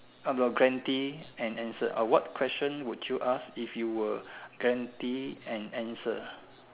guaranteed an answer what question would you ask if you were guaranteed an answer